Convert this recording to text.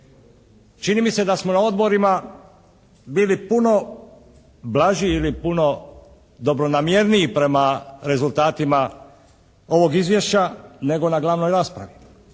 Čini mi se da smo na odborima bili puno blaži ili puno dobronamjerniji prema rezultatima ovog izvješća nego na glavnoj raspravi.